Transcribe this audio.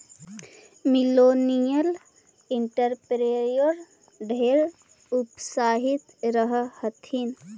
millennial entrepreneur ढेर उत्साहित रह हथिन